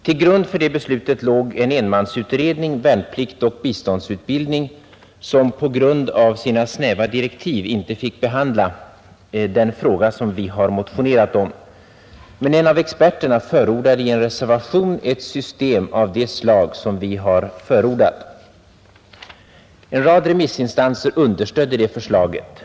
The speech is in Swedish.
Till grund för det beslutet låg en enmansutredning, Värnplikt och biståndsutbildning, som på grund av sina snäva direktiv inte fick behandla internationellt biståndsarbete som alternativ till värnpliktstjänstgöring och vapenfri tjänst den fråga som vi har motionerat om. Men en av experterna förordade i en reservation ett system av det slag som vi har rekommenderat. En rad remissinstanser understödde det förslaget.